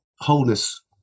wholeness